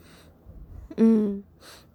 mm